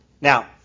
Now